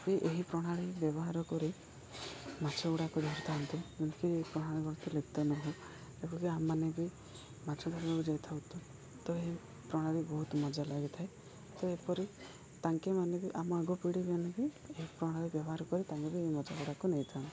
ବି ଏହି ପ୍ରଣାଳୀ ବ୍ୟବହାର କରି ମାଛ ଗୁଡ଼ାକ ଧରିଥାନ୍ତି ଯେମିତିକି ଏହି ପ୍ରଣାଳୀ ଗତ ଲିପ୍ତ ନହଉ ଏପରିକି ଆମମାନେ ବି ମାଛ ଧରକୁ ଯାଇଥାଉ ତ ଏହି ପ୍ରଣାଳୀ ବହୁତ ମଜା ଲାଗିଥାଏ ତ ଏପରି ତାଙ୍କମାନେ ବି ଆମ ଆଗ ପିଢ଼ି ମାନେ ବି ଏହି ପ୍ରଣାଳୀ ବ୍ୟବହାର କରି ତାଙ୍କୁ ବି ଏ ମାଛ ଗୁଡ଼ାକ ନେଇଥାନ୍ତି